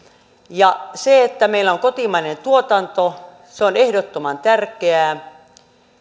se että meillä on kotimainen tuotanto on ehdottoman tärkeää